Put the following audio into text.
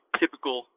typical